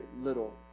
little